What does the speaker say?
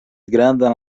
grandan